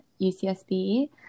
UCSB